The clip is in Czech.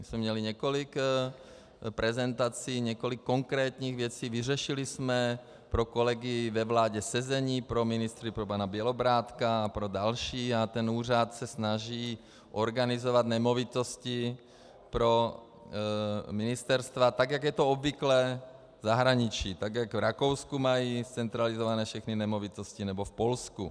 Měli jsme několik prezentací, několik konkrétních věcí, vyřešili jsme pro kolegy ve vládě sezení pro ministry, pro pana Bělobrádka a pro další a ten úřad se snaží organizovat nemovitosti pro ministerstva, tak jak je to obvyklé v zahraničí, jako v Rakousku mají centralizované všechny nemovitosti nebo v Polsku.